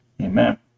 Amen